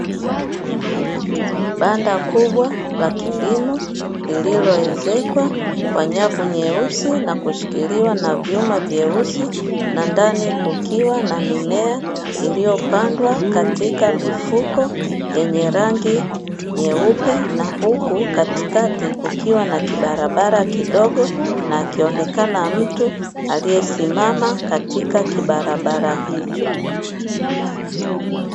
Banda kubwa la kilimo lililowezekwa kwa nyavu nyeusi na kushikiliwa na vyuma vyeusi, na ndani kukiwa na mimea iliyopandwa katika mifuko yenye rangi nyeupe, na huku katikati kukiwa na kibarabara kidogo na akionekana mtu aliyesimama katika kibarabara hicho.